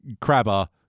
crabber